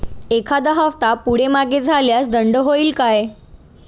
एखादा हफ्ता पुढे मागे झाल्यास दंड होईल काय?